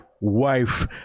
wife